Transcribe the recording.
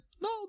No